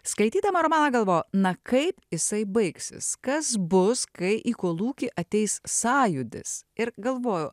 skaitydama romaną galvojau na kaip jisai baigsis kas bus kai į kolūkį ateis sąjūdis ir galvojau